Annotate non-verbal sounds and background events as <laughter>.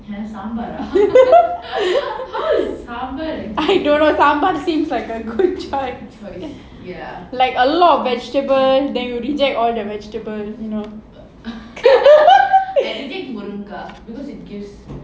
<laughs> I don't know sambal seems like a good choice like a lot of vegetables then you reject all the vegetables you know <laughs>